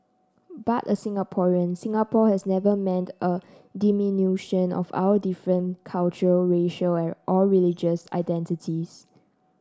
but a Singaporean Singapore has never meant a diminution of our different cultural racial or religious identities